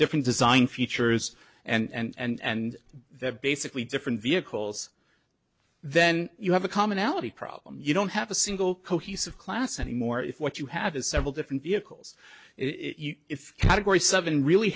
different design features and they're basically different vehicles then you have a commonality problem you don't have a single cohesive class anymore if what you have is several different vehicles if category seven really